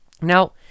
Now